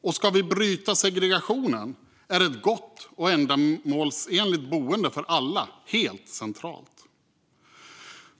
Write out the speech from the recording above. Och ska vi bryta segregationen är ett gott och ändamålsenligt boende för alla helt centralt.